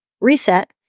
reset